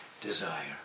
desire